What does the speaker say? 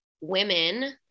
women